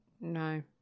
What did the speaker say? No